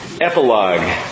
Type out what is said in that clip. Epilogue